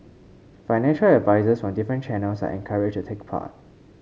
financial advisers from different channels are encouraged to take part